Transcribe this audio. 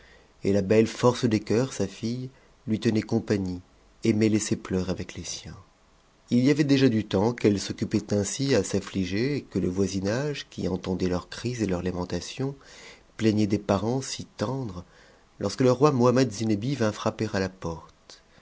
et la belle force des cœurs sa n e lui tenait compagnie et mêlait ses pleurs avec les siens h y avait déjà du temps qu'elles s'occupaient ainsi à s'asuger et que le voisinage qui entendait leurs cris et leurs lamentations plaignait des parents si tendres lorsque le roi mohammed zinebi vint frapper à la porte